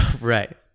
Right